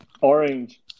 Orange